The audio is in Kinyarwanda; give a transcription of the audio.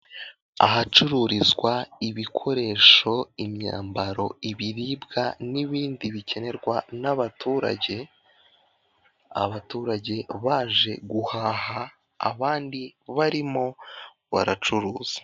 Ahacururizwa ibikoresho, imyambaro, ibiribwa n'ibindi bikenerwa n'abaturage, abaturage baje guhaha abandi barimo baracuruza.